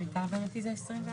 למיטב הבנתי זה 24 שעות.